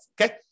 Okay